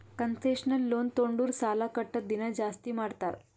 concessional loan ತೊಂಡುರ್ ಸಾಲಾ ಕಟ್ಟದ್ ದಿನಾ ಜಾಸ್ತಿ ಮಾಡ್ತಾರ್